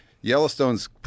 yellowstone's